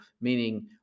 meaning